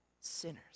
sinners